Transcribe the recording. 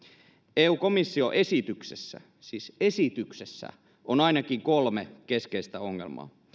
eu komission esityksessä siis esityksessä on ainakin kolme keskeistä ongelmaa